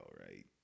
right